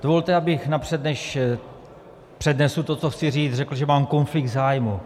Dovolte, abych napřed, než přednesu to, co chci říct, řekl, že mám konflikt zájmů.